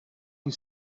his